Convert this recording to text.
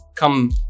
come